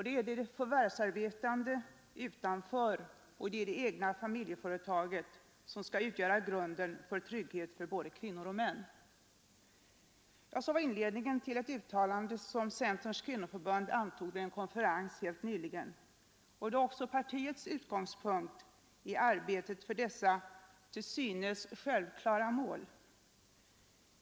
Det är förvärvsarbete utanför eller i det egna familjeföretaget som skall utgöra grunden för trygghet för både kvinnor och män. Ja, så var inledningen till ett uttalande som centerns kvinnoförbund antog vid en konferens helt nyligen, och det är också partiets utgångspunkt i arbetet för dessa till synes självklara mål.